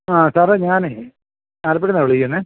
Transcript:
ആ സാറേ ഞാൻ ആലപ്പുഴേന്നാണ് വിളിക്കുന്നത്